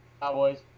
Cowboys